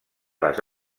les